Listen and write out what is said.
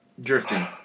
drifting